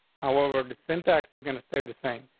however, the syntax is going to stay the same.